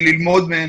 כדי ללמוד מהן,